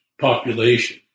population